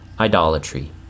Idolatry